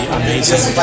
amazing